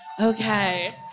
Okay